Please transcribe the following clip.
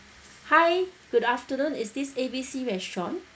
hi good afternoon is this A B C restaurant